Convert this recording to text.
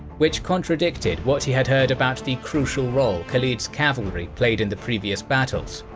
which contradicted what he had heard about the crucial role khalid's cavalry played in the previous battles.